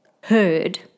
heard